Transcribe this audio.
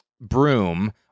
broom